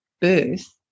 birth